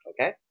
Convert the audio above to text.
Okay